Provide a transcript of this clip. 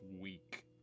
week